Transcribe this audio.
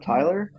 Tyler